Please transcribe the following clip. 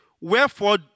wherefore